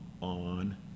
on